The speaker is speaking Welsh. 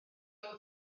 nhw